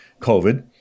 covid